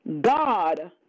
God